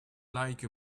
like